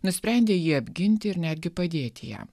nusprendė jį apginti ir netgi padėti ją